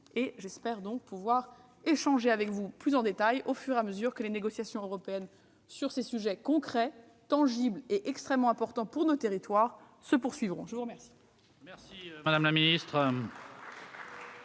j'espère pouvoir échanger avec vous plus en détail, au fur et à mesure que les négociations européennes sur ces sujets concrets, tangibles et extrêmement importants pour nos territoires se poursuivront. La discussion